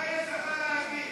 מה יש לך להגיד?